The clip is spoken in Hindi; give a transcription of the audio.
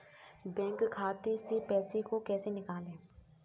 बैंक खाते से पैसे को कैसे निकालें?